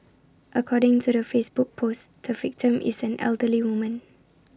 according to the Facebook post the victim is an elderly woman